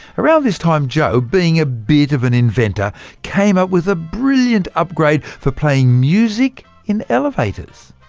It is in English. around this time, joe being a bit of an inventor came up with a brilliant upgrade for playing music in elevators.